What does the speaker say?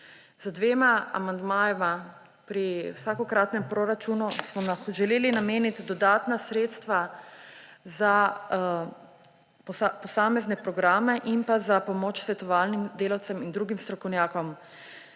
Z dvema amandmajema pri vsakokratnem proračunu smo želeli nameniti dodatna sredstva za posamezne programe in za pomoč svetovalnim delavcem in drugim strokovnjakom.